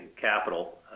capital